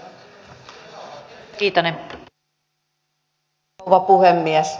arvoisa rouva puhemies